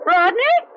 Rodney